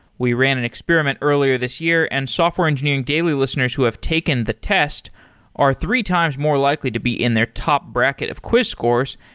we ran an experiment earlier this year and software engineering daily listeners who have taken the test are three times more likely to be in their top bracket of quiz scores.